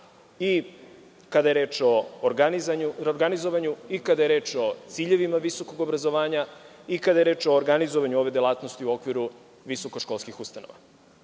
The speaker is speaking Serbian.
i kada je reč o organizovanju i kada je reč o ciljevima visokog obrazovanja i kada je reč o organizovanju ove delatnosti u okviru visokoškolskih ustanova. Kada